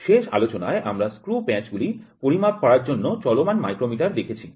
শেষ আলোচনায় আমরা স্ক্রু প্যাঁচগুলি পরিমাপ করার জন্য চলমান মাইক্রোমিটার দেখেছি